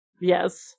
Yes